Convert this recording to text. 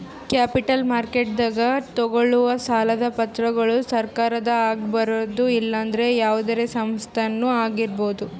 capital ಮಾರ್ಕೆಟ್ದಾಗ್ ತಗೋಳವ್ ಸಾಲದ್ ಪತ್ರಗೊಳ್ ಸರಕಾರದ ಆಗಿರ್ಬಹುದ್ ಇಲ್ಲಂದ್ರ ಯಾವದೇ ಸಂಸ್ಥಾದ್ನು ಆಗಿರ್ಬಹುದ್